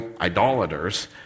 idolaters